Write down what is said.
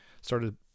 started